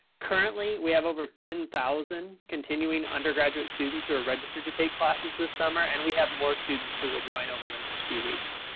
currently we have over ten thousand continuing undergraduate students who are registered to take classes this summer, and we have more students who will join over the next few weeks?